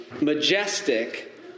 majestic